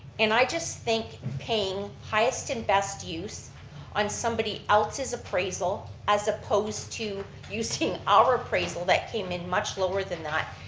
and i just think paying highest and best use on somebody else's appraisal, as opposed to you seeing our appraisal that came in much lower than that,